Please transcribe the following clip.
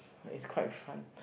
is quite fun